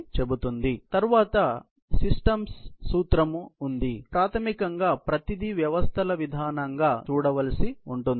కాబట్టి ప్రాథమికంగా ప్రతిదీ వ్యవస్థల విధానంగా చూడండి